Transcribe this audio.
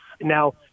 Now